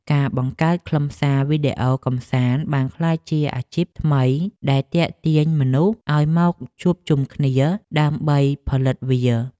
ការបង្កើតខ្លឹមសារវីដេអូកម្សាន្តបានក្លាយជាអាជីពថ្មីដែលទាក់ទាញមនុស្សឱ្យមកជួបជុំគ្នាដើម្បីផលិតវា។